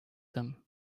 them